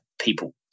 people